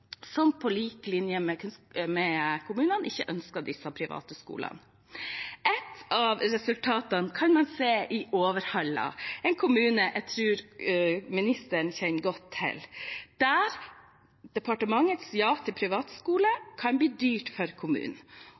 som på lik linje med kommunene ikke ønsker disse private skolene. Et av resultatene kan man se i Overhalla, en kommune jeg tror ministeren kjenner godt til, der departementets ja til en privatskole kan bli dyrt for kommunen.